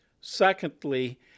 Secondly